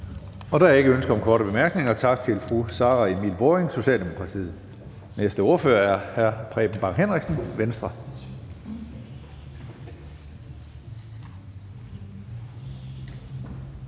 Der er ikke ønske om korte bemærkninger. Tak til fru Sara Emil Baaring, Socialdemokratiet. Næste ordfører er hr. Preben Bang Henriksen, Venstre.